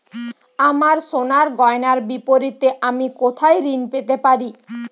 আমার সোনার গয়নার বিপরীতে আমি কোথায় ঋণ পেতে পারি?